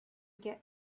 get